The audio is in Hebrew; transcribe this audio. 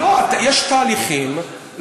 יש תהליכים,